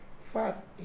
first